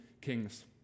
kings